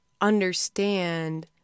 understand